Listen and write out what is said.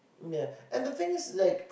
ya and the thing is like